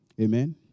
Amen